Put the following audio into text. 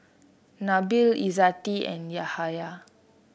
Nabil Izzati and Yahya